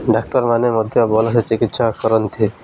ଡାକ୍ତରମାନେ ମଧ୍ୟ ଭଲସେ ଚିକିତ୍ସା କରନ୍ତି